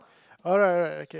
alright alright okay